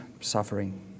suffering